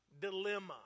dilemma